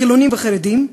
חילונים וחרדים,